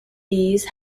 bees